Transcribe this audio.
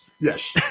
Yes